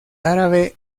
árabe